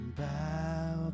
bow